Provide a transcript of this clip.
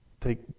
take